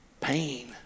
pain